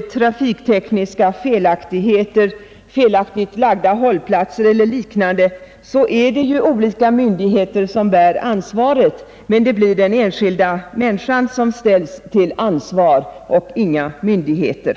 trafiktekniska felaktigheter, felaktigt placerade hållplatser eller liknande, är det olika myndigheter som bär ansvaret, men det blir den enskilda människan som ställs till ansvar och inga myndigheter.